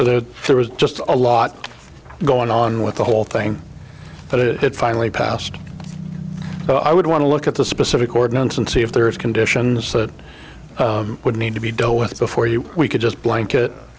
there was just a lot going on with the whole thing but it had finally passed but i would want to look at the specific ordinance and see if there is conditions that would need to be dealt with before you we could just blanket